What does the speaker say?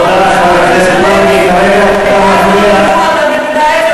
נמאס לנו לשמוע את המנאץ,